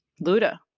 Luda